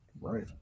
Right